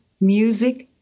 music